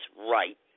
right